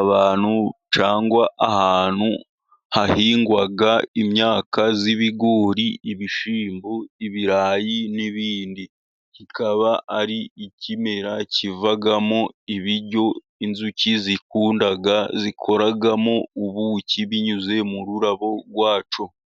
abantu cyangwa ahantu hahingwa imyaka y'ibigori, ibishyimbo, ibirayi n'ibindi. Kikaba ari ikimera kivamo ibiryo inzuki zikunda zikoramo ubuki binyuze mu rurabo rwacyo.